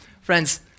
Friends